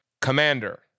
commander